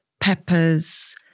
peppers